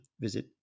visit